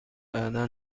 بعدا